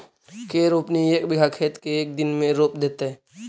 के रोपनी एक बिघा खेत के एक दिन में रोप देतै?